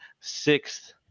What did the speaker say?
sixth